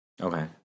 okay